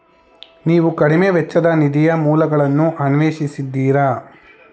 ನೀವು ಕಡಿಮೆ ವೆಚ್ಚದ ನಿಧಿಯ ಮೂಲಗಳನ್ನು ಅನ್ವೇಷಿಸಿದ್ದೀರಾ?